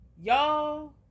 Y'all